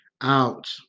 out